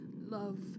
love